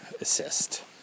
assist